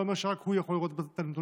אומר שרק הוא יכול לראות את הנתונים.